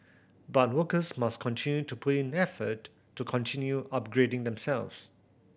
but workers must continue to put in effort to continue upgrading themselves